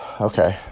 Okay